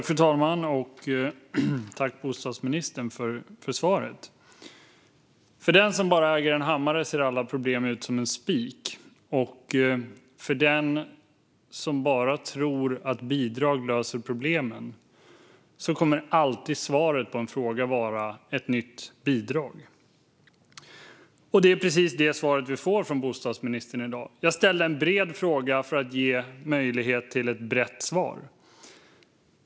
Fru talman! Tack, bostadsministern, för svaret! För den som bara äger en hammare ser alla problem ut som en spik, och för den som bara tror att bidrag löser problemen kommer alltid svaret på en fråga vara ett nytt bidrag. Och det är precis det svar som jag får från bostadsministern i dag. Jag ställde en bred fråga för att ge möjlighet till ett brett svar.